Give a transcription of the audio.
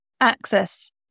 access